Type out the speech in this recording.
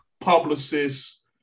publicists